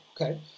Okay